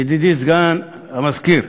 ידידי סגן המזכיר,